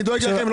אני דואג לכם.